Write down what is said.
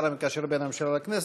השר המקשר בין הממשלה לכנסת.